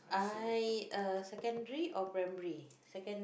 I uh secondary or primary